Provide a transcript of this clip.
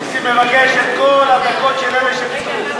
נסים מבקש את כל הדקות של אלה שוויתרו.